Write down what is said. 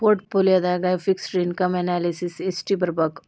ಪೊರ್ಟ್ ಪೋಲಿಯೊದಾಗ fixed income analysis ಯೆಸ್ಟಿರ್ಬಕ್?